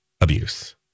abuse